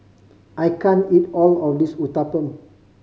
I can't eat all of this Uthapam